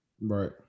Right